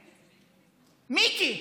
מיקי,